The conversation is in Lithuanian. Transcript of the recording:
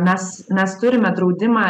mes mes turime draudimą